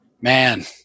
Man